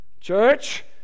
church